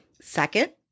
Second